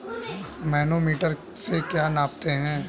Manometer से क्या नापते हैं?